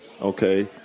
okay